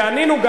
והאמינו,